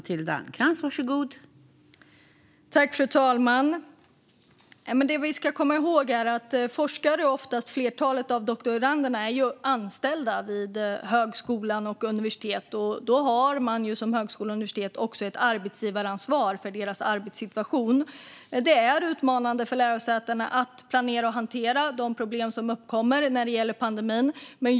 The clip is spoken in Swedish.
Fru talman! Det vi ska komma ihåg är att forskare och ofta flertalet av doktoranderna är anställda vid högskolor och universitet. Högskolor och universitet har också ett arbetsgivaransvar för deras arbetssituation. Det är utmanande för lärosätena att planera och hantera de problem som uppkommer på grund av pandemin.